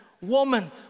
Woman